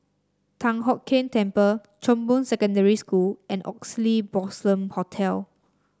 Thian Hock Keng Temple Chong Boon Secondary School and Oxley Blossom Hotel